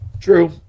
true